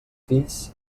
fills